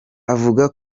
avuga